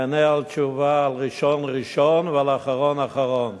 אענה תשובה, על ראשון ראשון ועל אחרון אחרון,